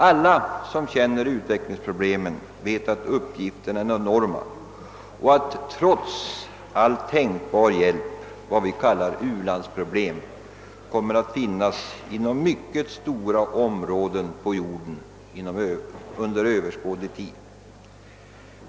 Alla som känner utvecklingsproblemen vet att uppgifterna är enorma och att trots all tänkbar hjälp vad vi kallar u-landsproblem kommer att finnas inom mycket stora områden av världen under överskådlig tid.